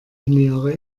lineare